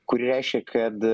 kuri reiškia kad